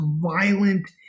violent